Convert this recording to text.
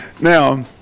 Now